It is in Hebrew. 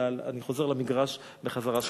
אני חוזר למגרש של יוספוס.